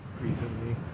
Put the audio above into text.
recently